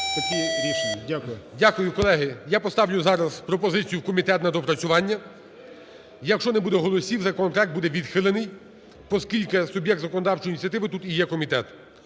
Дякую. Колеги, я поставлю зараз пропозицію в комітет на доопрацювання. Якщо не буде голосів, законопроект буде відхилений, поскільки суб'єкт законодавчої ініціативи тут і є комітет.